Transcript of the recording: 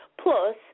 Plus